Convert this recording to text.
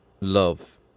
love